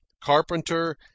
carpenter